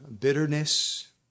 bitterness